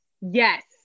Yes